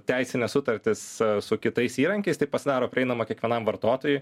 teisines sutartis a su kitais įrankiais tai pasidaro prieinama kiekvienam vartotojui